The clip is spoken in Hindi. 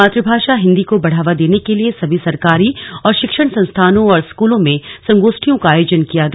मातुभाषा हिन्दी को बढ़ावा देने के लिए सभी सरकारी और शिक्षण संस्थानों और स्कूलों में संगोष्ठियों का आयोजन किया गया